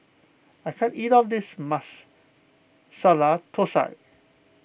I can't eat all of this Masala Thosai